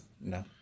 no